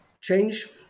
Change